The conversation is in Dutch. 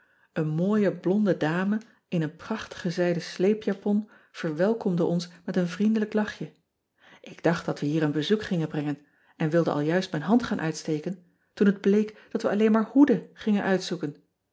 en mooie blonde dame in een prachtige zijden sleepjapon verwelkomde ons met een vriendelijk lachje k dacht dat we hier een bezoek gingen brengen en wilde al juist mijn hand gaan uitsteken toen het bleek dat we alleen maar hoeden gingen uitzoeken